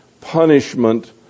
punishment